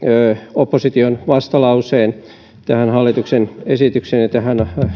opposition vastalauseen tähän hallituksen esitykseen ja tähän